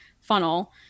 funnel